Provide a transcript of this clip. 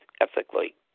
ethically